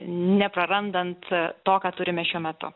neprarandant to ką turime šiuo metu